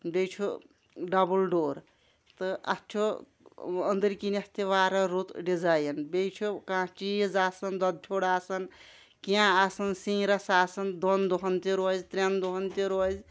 بیٚیہِ چھُ double door تہٕ اتھ چھُ أنٛدٕرۍ کِنتھ تہِ واریاہ رُت ڈزایِن بیٚیہِ چھُ کانٛہہ چیٖز آسن دۄدٕ پھیوٚر آسان کینٛہہ آسان سِنہِ رس آسان دۄن دۄہن تہِ روزِ ترٛٮ۪ن دۄہن تہِ روزِ